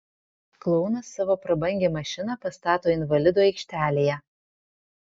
klounas savo prabangią mašiną pastato invalidų aikštelėje